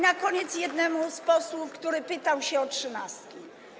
Na koniec odpowiem jednemu z posłów, który pytał się o trzynastki.